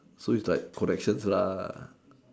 so its like connections lah